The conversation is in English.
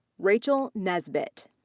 rachel nesbitt.